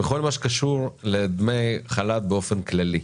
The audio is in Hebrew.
בכל מה שקשור לדמי חל"ת באופן כללי,